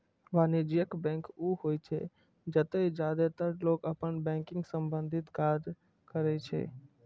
वाणिज्यिक बैंक ऊ होइ छै, जतय जादेतर लोग अपन बैंकिंग संबंधी काज करै छै